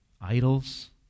idols